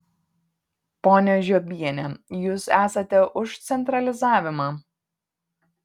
ponia žiobiene jūs esate už centralizavimą